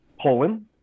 Poland